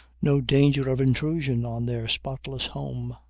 no danger of intrusion on their spotless home.